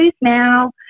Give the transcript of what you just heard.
now